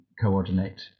coordinate